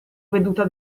veduta